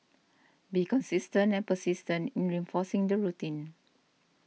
be consistent and persistent in reinforcing the routine